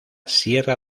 sierra